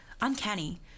uncanny